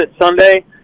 Sunday